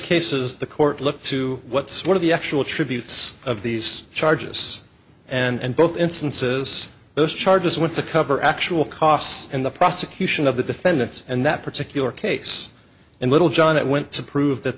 cases the court looked to what's one of the actual attributes of these charges and both instances those charges went to cover actual costs in the prosecution of the defendants and that particular case and little john that went to prove that